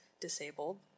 disabled